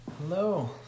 Hello